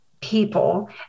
people